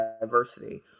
diversity